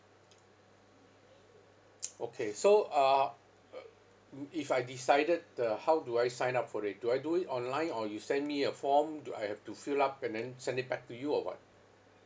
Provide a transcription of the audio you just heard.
okay so uh if I decided uh how do I sign up for it do I do it online or you send me a form do I have to fill up and then send it back to you or what